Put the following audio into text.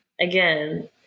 again